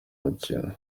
mikino